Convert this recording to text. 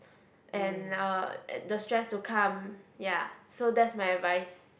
and uh the stress to come ya so that's my advice